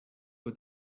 for